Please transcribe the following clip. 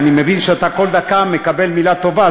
אני מבין שאתה כל דקה מקבל מילה טובה,